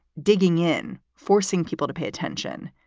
digging in, forcing people to pay attention.